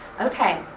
Okay